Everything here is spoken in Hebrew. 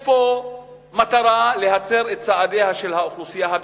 יש פה מטרה להצר את צעדיה של האוכלוסייה הבדואית.